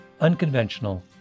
unconventional